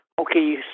okay